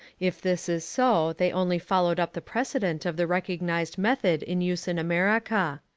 if this is so they only followed up the precedent of the recognised method in use in america.